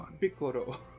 Piccolo